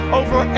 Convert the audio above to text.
over